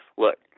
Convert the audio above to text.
look